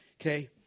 Okay